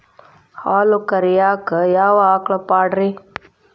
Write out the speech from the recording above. ಹಾಲು ಕರಿಯಾಕ ಯಾವ ಆಕಳ ಪಾಡ್ರೇ?